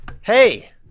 hey